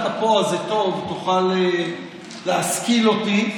אתה פה, אז זה טוב, תוכל להשכיל אותי.